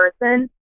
person